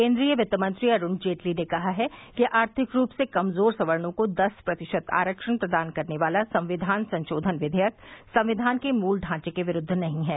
केन्द्रीय वित्त मंत्री अरूण जेटली ने कहा है कि आर्थिक रूप से कमजोर सवर्णो को दस प्रतिशत आरक्षण प्रदान करने वाला संविधान संशोधन विघेयक संविधान के मुल ढांचे के विरूद्व नहीं है